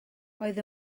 oedd